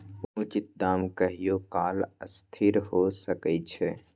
उचित दाम कहियों काल असथिर हो सकइ छै